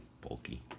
Bulky